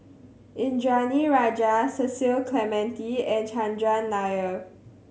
Indranee Rajah Cecil Clementi and Chandran Nair